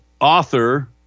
author